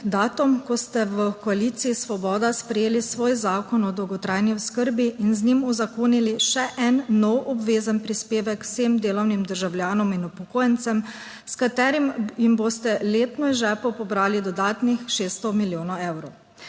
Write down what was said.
Datum, ko ste v koaliciji Svoboda sprejeli svoj Zakon o dolgotrajni oskrbi in z njim uzakonili še en nov obvezen prispevek vsem delovnim državljanom in upokojencem, s katerim jim boste letno iz žepov pobrali dodatnih 600 milijonov evrov.